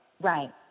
Right